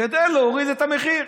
כדי להוריד את המחיר.